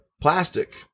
plastic